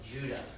Judah